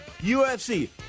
UFC